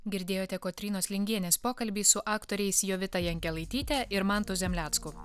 girdėjote kotrynos lingienės pokalbį su aktoriais jovita jankelaityte ir mantu zemlecku